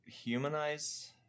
humanize